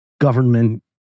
government